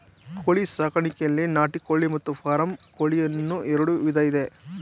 ಕೋಳಿ ಸಾಕಾಣಿಕೆಯಲ್ಲಿ ನಾಟಿ ಕೋಳಿ ಮತ್ತು ಫಾರಂ ಕೋಳಿ ಅನ್ನೂ ಎರಡು ವಿಧ ಇದೆ